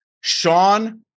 Sean